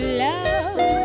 love